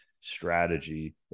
strategy